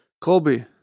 Colby